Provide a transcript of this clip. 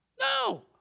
No